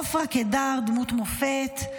עפרה קידר, דמות מופת,